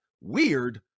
Weird